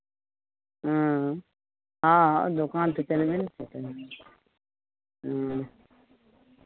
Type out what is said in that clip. ह्म्म हँ दोकान तऽ चलबे ने करतै ह्म्म